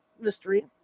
Mystery